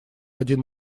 один